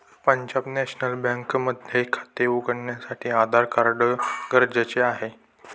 Punjab national bank मध्ये खाते उघडण्यासाठी आधार कार्ड गरजेचे आहे